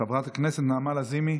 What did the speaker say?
חברת הכנסת נעמה לזימי,